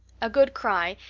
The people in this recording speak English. a good cry,